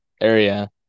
area